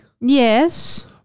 Yes